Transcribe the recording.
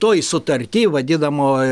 toj sutarty vadinamoj